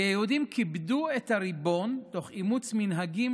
כי היהודים כיבדו את הריבון תוך אימוץ מנהגים,